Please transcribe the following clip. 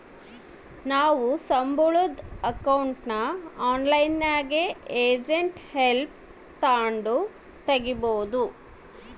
ನಾವು ಸಂಬುಳುದ್ ಅಕೌಂಟ್ನ ಆನ್ಲೈನ್ನಾಗೆ ಏಜೆಂಟ್ ಹೆಲ್ಪ್ ತಾಂಡು ತಗೀಬೋದು